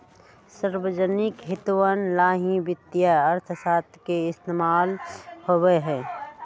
सार्वजनिक हितवन ला ही वित्तीय अर्थशास्त्र के इस्तेमाल होबा हई